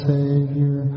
Savior